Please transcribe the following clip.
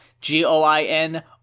G-O-I-N